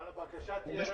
אבל הבקשה תהיה רטרואקטיבית?